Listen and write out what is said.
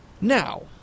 now